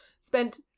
spent